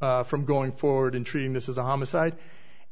them from going forward in treating this as a homicide